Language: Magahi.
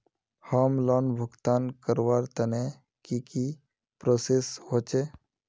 होम लोन भुगतान करवार तने की की प्रोसेस होचे?